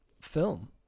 film